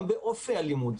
גם באופי הלימוד.